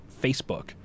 facebook